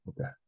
Okay